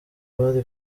bari